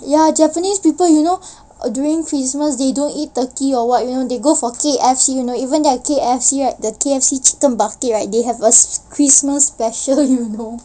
ya japanese people you know err during christmas they don't eat turkey or what you know they go for K_F_C you know even their K_F_C right the K_F_C each chicken bucket right they have a christmas special you know